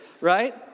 Right